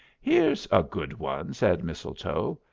here's a good one, said mistletoe.